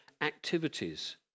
activities